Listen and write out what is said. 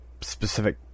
specific